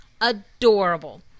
adorable